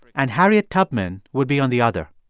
and harriet tubman would be on the other.